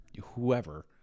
whoever